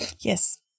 Yes